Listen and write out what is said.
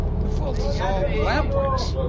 the fault is all lamp-wick's.